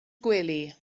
gwely